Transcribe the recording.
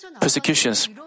persecutions